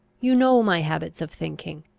you know my habits of thinking.